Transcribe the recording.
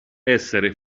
essere